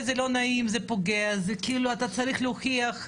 סליחה, כמה?